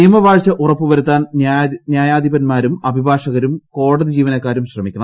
നിയമവാഴ്ച ഉറപ്പു വരുത്താൻ ന്യായാധിപൻമാരും അഭിഭാഷകരും കോടതി ജീവനക്കാരും ശ്രമിക്കണം